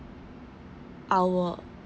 our